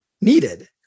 needed